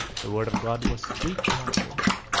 the word of god was sweet to my taste,